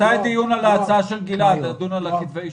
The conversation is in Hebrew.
מתי הדיון על ההצעה של גלעד לדון בכתבי האישום?